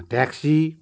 taxi